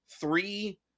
three